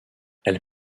elle